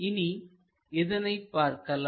இனி இதனை பார்க்கலாம்